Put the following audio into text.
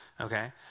okay